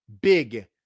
Big